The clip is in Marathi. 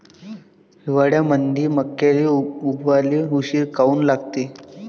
हिवाळ्यामंदी मक्याले उगवाले उशीर काऊन लागते?